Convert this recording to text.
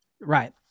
Right